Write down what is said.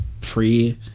pre-